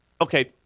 okay